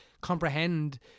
comprehend